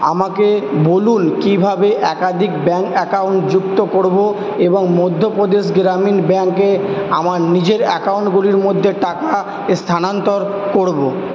আমাকে বলুন কীভাবে একাধিক ব্যাঙ্ক অ্যাকাউন্ট যুক্ত করব এবং মধ্যপ্রদেশ গ্রামীণ ব্যাঙ্কে আমার নিজের অ্যাকাউনগুলির মধ্যে টাকা স্থানান্তর করব